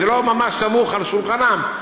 זה לא ממש סמוך על שולחנם,